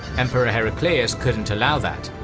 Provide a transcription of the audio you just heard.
emperor heraclius' couldn't allow that,